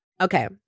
Okay